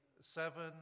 seven